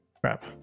Crap